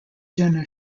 jena